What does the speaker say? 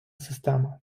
система